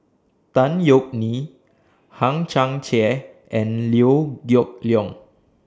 Tan Yeok Nee Hang Chang Chieh and Liew Geok Leong